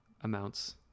amounts